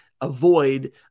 avoid –